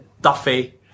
Duffy